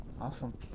Awesome